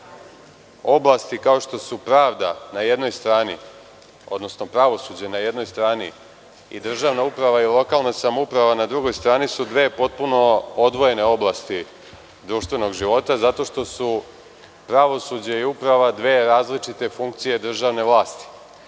oblasti kao što su pravda na jednoj strani, odnosno pravosuđe i državna i lokalna samouprava na drugoj strani su dve potpuno odvojene oblasti društvenog života zato što su pravosuđe i uprava dve različite funkcije državne vlasti.